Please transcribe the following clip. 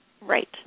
Right